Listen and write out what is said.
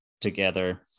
together